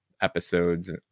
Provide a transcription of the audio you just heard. episodes